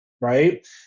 Right